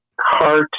heart